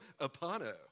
apano